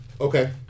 Okay